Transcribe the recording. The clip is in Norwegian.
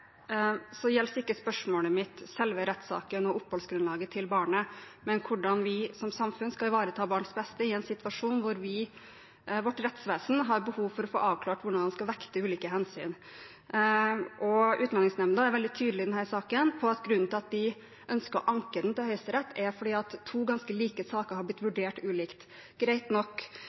gjelder ikke spørsmålet mitt selve rettssaken og oppholdsgrunnlaget til barnet, men hvordan vi som samfunn skal ivareta barns beste i en situasjon hvor vårt rettsvesen har behov for å få avklart hvordan man skal vekte ulike hensyn. Utlendingsnemnda er veldig tydelig i denne saken på at grunnen til at de ønsker å anke den til Høyesterett, er at to ganske like saker har blitt vurdert ulikt. Greit nok.